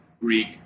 Greek